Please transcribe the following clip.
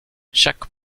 chaque